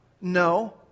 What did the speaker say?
No